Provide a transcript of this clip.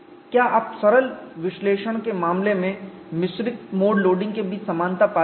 क्या आप सरल विश्लेषण के मामले में मिश्रित मोड लोडिंग के बीच समानता पाते हैं